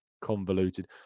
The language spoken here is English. convoluted